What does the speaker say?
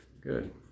Good